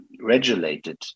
regulated